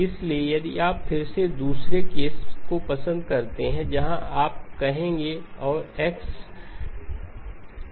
इसलिए यदि आप फिर से दूसरे केस को पसंद करते हैं जहां आप कहेंगे n3और x n3